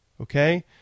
Okay